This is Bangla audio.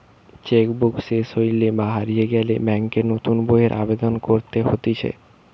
চেক বুক সেস হইলে বা হারিয়ে গেলে ব্যাংকে নতুন বইয়ের আবেদন করতে হতিছে